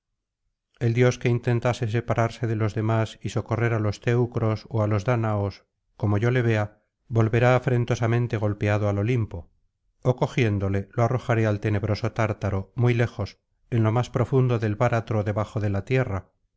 el dios que intente separarse de los demás y socorrer á los teucros ó á los dáñaos como yo le vea volverá afrentosanente golpeado al olimpo ó cogiéndole lo arrojaré al tenebroso tártaro muy lejos en lo más profundo del báratro debajo de la tierra